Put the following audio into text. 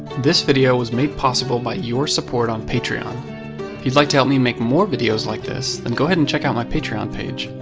this video was made possible by your support on patreon. if you'd like to help me make more videos like this, then go ahead and check out my patreon page.